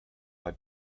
bei